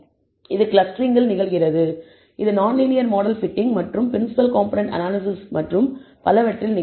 இது க்ளஸ்டரிங்கில் நிகழ்கிறது இது நான்லீனியர் மாடல் பிட்டிங் மற்றும் ப்ரின்சிபிள் காம்போனென்ட் அனாலிசிஸ் மற்றும் பலவற்றில் நிகழும்